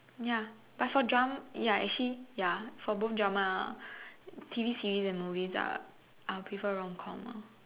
ya but for dra ya actually ya for both drama T_V series and movies ah I would prefer rom com ah